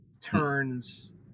turns